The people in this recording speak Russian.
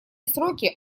сроки